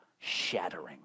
shattering